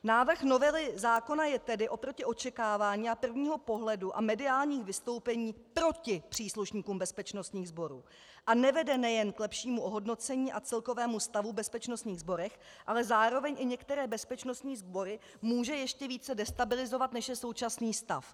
Návrh novely zákona je tedy oproti očekávání a prvního pohledu a mediálních vystoupení proti příslušníkům bezpečnostních sborů a nevede nejen k lepšímu ohodnocení a celkovému stavu v bezpečnostních sborech, ale zároveň i některé bezpečnostní sbory může ještě více destabilizovat, než je současný stav.